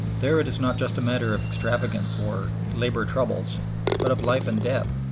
there it is not just a matter of extravagance or labor troubles but of life and death,